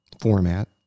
format